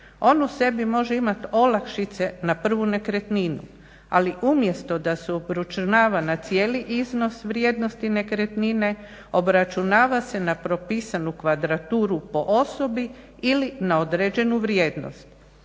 On u sebi može imati olakšice na prvu nekretninu, ali umjesto da se obračunava na cijeli iznos vrijednosti nekretnine, obračunava se na propisanu kvadraturu po osobi, ili na određenu vrijednost.